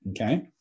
okay